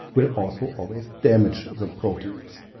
will also always damage the proteins.